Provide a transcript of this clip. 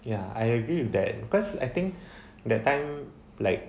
ya I agree with that because I think that time like